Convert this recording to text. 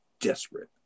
desperate